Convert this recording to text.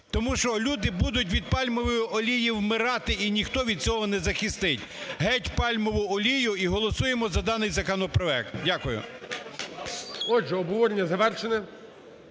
тому що люди будуть від пальмової олії вмирати, і ніхто від цього не захистить. Геть пальмову олію, і голосуємо за даний законопроект. Дякую. ГОЛОВУЮЧИЙ. Отже, обговорення завершене.